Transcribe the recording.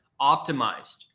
optimized